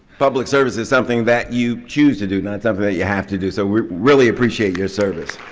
public service is something that you choose to do, not something that you have to do. so we're really appreciate your service.